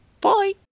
Bye